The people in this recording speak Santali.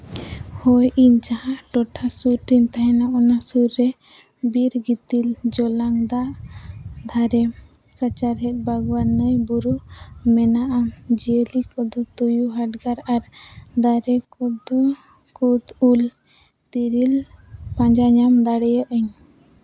ᱦᱳᱭ ᱤᱧ ᱡᱟᱦᱟᱸ ᱴᱚᱴᱷᱟ ᱥᱩᱨ ᱨᱮᱧ ᱛᱟᱦᱮᱱᱟ ᱚᱱᱟ ᱥᱩᱨ ᱨᱮ ᱵᱤᱨ ᱜᱤᱛᱤᱞ ᱡᱚᱞᱟᱱ ᱫᱟᱜ ᱫᱷᱟᱨᱮ ᱥᱟᱪᱟᱨᱦᱮᱫ ᱵᱟᱜᱟᱱ ᱱᱤᱭᱮ ᱵᱩᱨᱩ ᱢᱮᱱᱟᱜᱼᱟ ᱡᱤᱭᱟᱹᱞᱤ ᱠᱚᱫᱚ ᱛᱩᱭᱩ ᱦᱟᱰᱜᱟᱨ ᱟᱨ ᱫᱟᱨᱮ ᱠᱚᱫᱚ ᱠᱩᱫ ᱩᱞ ᱛᱤᱨᱤᱞ ᱯᱟᱸᱡᱟ ᱧᱟᱢ ᱫᱟᱲᱮᱭᱟᱜ ᱟᱹᱧ